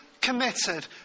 committed